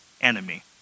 enemy